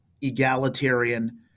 egalitarian